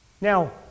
Now